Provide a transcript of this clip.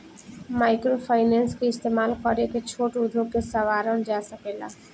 microfinance के इस्तमाल करके छोट उद्योग के सवारल जा सकेला